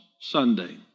Sunday